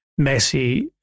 Messi